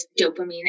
dopamine